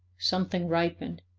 something ripened